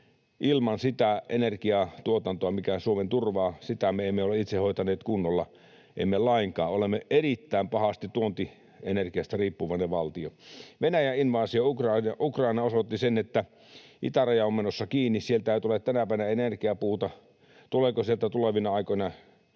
Sitä energiatuotantoa, mikä Suomen turvaa, me emme ole itse hoitaneet kunnolla, emme lainkaan. Olemme erittäin pahasti tuontienergiasta riippuvainen valtio. Venäjän invaasio Ukrainaan osoitti sen, että itäraja on menossa kiinni, sieltä ei tule tänäpänä energiapuuta. Tuleeko sieltä tulevina aikoina